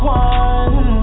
one